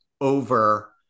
over